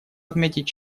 отметить